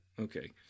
Okay